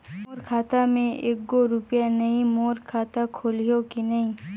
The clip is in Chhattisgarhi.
मोर खाता मे एको रुपिया नइ, मोर खाता खोलिहो की नहीं?